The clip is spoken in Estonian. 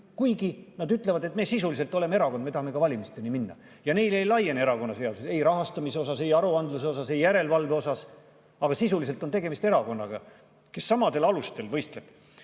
kuigi nad ütlevad, et me sisuliselt oleme erakond ja me tahame ka valimistele minna. Ja neile ei laiene erakonnaseadus ei rahastamise osas, ei aruandluse osas ega järelevalve osas. Sisuliselt on tegemist erakonnaga, kes samadel alustel võistleb,